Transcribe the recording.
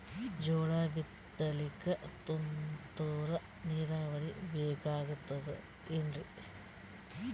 ಜೋಳ ಬಿತಲಿಕ ತುಂತುರ ನೀರಾವರಿ ಬೇಕಾಗತದ ಏನ್ರೀ?